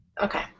Okay